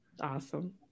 Awesome